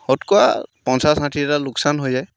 শতকৰা পঞ্চাছ ষাঠি হেজাৰ লোকচান হৈ যায়